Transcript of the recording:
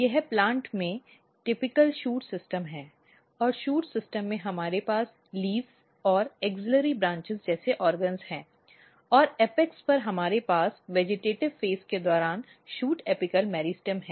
यह पौधे में विशिष्ट शूट सिस्टम है और शूट सिस्टम में हमारे पास पत्ते और ऐक्सलेरी शाखाएं जैसे अंग हैं और एपेक्स पर हमारे पास वेजिटेटिव़ चरण के दौरान शूट ऐपिकॅल मेरिस्टम है